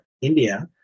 india